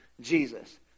Jesus